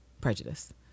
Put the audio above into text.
prejudice